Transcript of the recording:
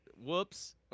whoops